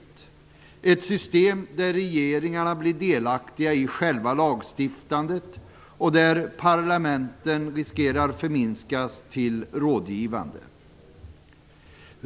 Det är ett system där regeringarna blir delaktiga i själva lagstiftandet och där parlamenten riskerar att förminskas till rådgivande.